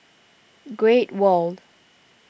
Great World